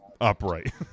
upright